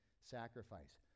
sacrifice